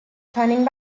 turning